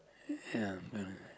ya ya